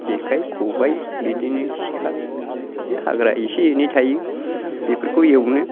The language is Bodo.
जेखाइ खबाइ बिदिनो सिखा बे हाग्रा एसे एनै थायो बेफोरखौ एवनो